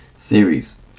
Series